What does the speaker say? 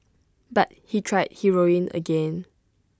but he tried heroin again